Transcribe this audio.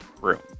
room